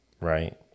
right